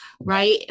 right